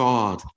God